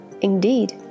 Indeed